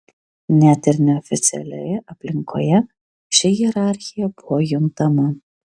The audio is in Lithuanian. net ir neoficialioje aplinkoje ši hierarchija buvo juntama